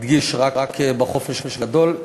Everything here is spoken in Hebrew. מדגיש, רק בחופש הגדול.